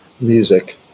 music